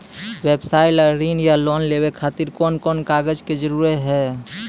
व्यवसाय ला ऋण या लोन लेवे खातिर कौन कौन कागज के जरूरत हाव हाय?